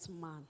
man